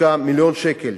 הושקעו מיליון שקל